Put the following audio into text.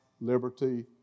liberty